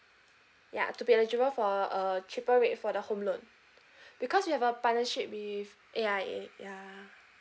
ya to be eligible for a cheaper rate for the home loan because we have a partnership with A_I_A ya